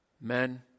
men